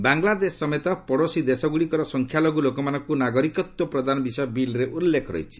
ବାଙ୍ଗଲାଦେଶ ସମେତ ପଡ଼ୋଶୀ ଦେଶଗୁଡ଼ିକୁର ସଂଖ୍ୟାଲଘୁ ଲୋକମାନଙ୍କୁ ନାଗରିକତ୍ୱ ପ୍ରଦାନ ବିଷୟ ବିଲ୍ରେ ଉଲ୍ଲେଖ ରହିଛି